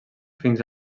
fins